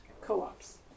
co-ops